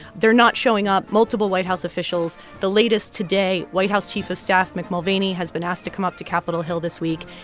they're not showing up multiple white house officials. the latest today white house chief of staff mick mulvaney has been asked to come up to capitol hill this week.